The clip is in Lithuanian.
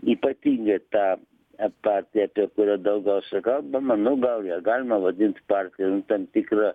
ypatinga ta partija apie kurią daugiausia kalbama nu gal ją galima vadint partija nu ten tikra